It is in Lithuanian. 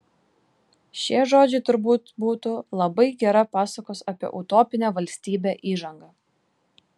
šie žodžiai turbūt būtų labai gera pasakos apie utopinę valstybę įžanga